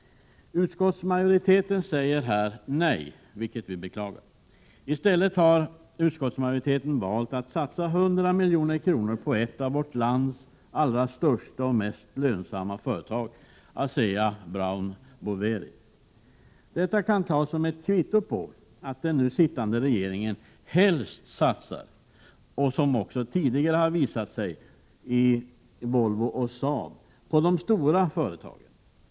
Utskottsmajoriteten säger nej, vilket vi beklagar. I stället har utskottsmajoriteten valt att satsa 100 miljoner på ett av vårt lands allra största och mest lönsamma företag, ASEA-Brown Boveri. Detta kan tas som kvitto på att den nu sittande regeringen helst satsar — vilket tidigare visat sig när det gäller Volvo och Saab — på de stora företagen.